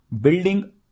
building